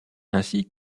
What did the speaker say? ainsi